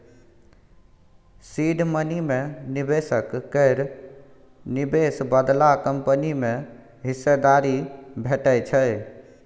seed money मे निबेशक केर निबेश बदला कंपनी मे हिस्सेदारी भेटै छै